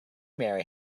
marry